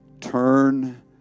turn